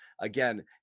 Again